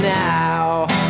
now